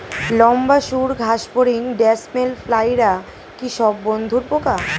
লম্বা সুড় ঘাসফড়িং ড্যামসেল ফ্লাইরা কি সব বন্ধুর পোকা?